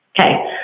Okay